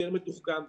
יותר מתוחכם,